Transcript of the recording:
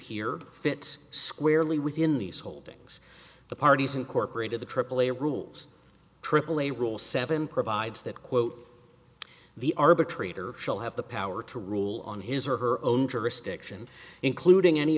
here fits squarely within these holdings the parties incorporated the aaa rules aaa rule seven provides that quote the arbitrator shall have the power to rule on his or her own jurisdiction including any